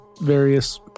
various